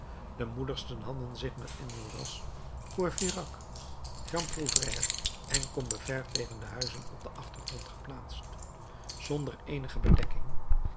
de moedigsten hadden zich met enjolras courfeyrac jean prouvaire en combeferre tegen de huizen op den achtergrond geplaatst zonder eenige bedekking